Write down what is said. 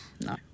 No